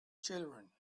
children